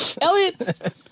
Elliot